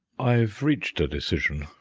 i've reached a decision,